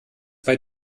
bei